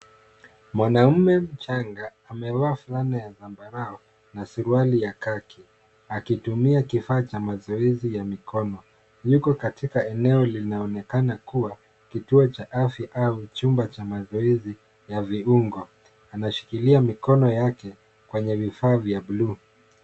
Mwanaume mchanga amevaa fulana ya zambarau na suruali ya khaki akitumia kifaa cha mazoezi ya mikono yuko katika eneo linaonekana kuwa kituo cha afya au cumba cha mazoezi ya viungo. Anashikilia mikono yake kwenye vifa vya bluu.